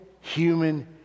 human